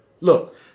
look